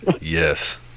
yes